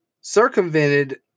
circumvented